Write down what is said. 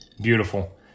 beautiful